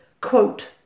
quote